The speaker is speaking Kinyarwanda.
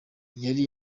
yari